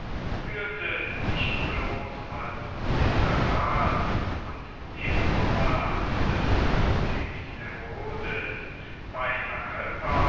führte nicht bloß als literat und diplomat des königs herodes bei agrippa